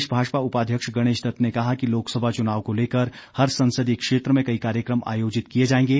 प्रदेश भाजपा उपाध्यक्ष गणेश दत्त ने कहा कि लोकसभा चुनाव को लेकर हर संसदीय क्षेत्र में कई कार्यक्रम आयोजित किए जाएंगे